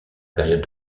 période